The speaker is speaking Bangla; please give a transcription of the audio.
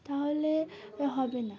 তাহলে হবে না